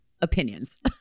opinions